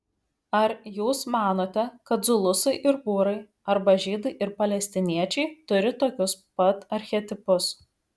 ar jūs manote kad zulusai ir būrai arba žydai ir palestiniečiai turi tokius pat archetipus